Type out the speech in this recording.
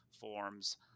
forms